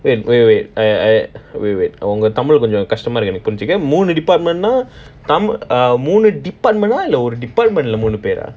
wait wait wait eh wait wait உங்க தமிழ் கொஞ்சம் கஷ்டமா இருக்கு மூணு::unga tamil konjam kashtama irukku moonu department ah இல்ல ஒரு:illa oru department lah மூணு பேர:moonu peara ah